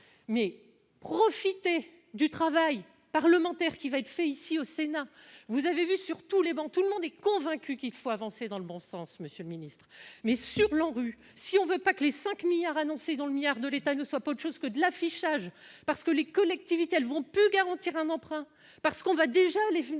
mais profitez du travail parlementaire qui va être fait ici au Sénat, vous avez vu sur tous les bancs, tout le monde est convaincu qu'il faut avancer dans le bon sens monsieur Ministre mais sur l'ANRU si on veut pas que les 5 milliards annoncés dans le 1000000000 de l'État ne soit pas une chose que de l'affichage parce que les collectivités, elles vont peut garantir un emprunt parce qu'on va déjà les